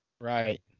Right